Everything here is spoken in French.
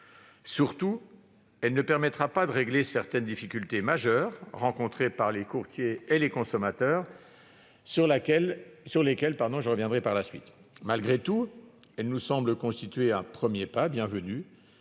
Surtout, elle ne permettra pas de régler certaines difficultés majeures rencontrées par les courtiers et les consommateurs, sur lesquelles je reviendrai par la suite. Malgré tout, elle nous semble constituer un premier pas bienvenu,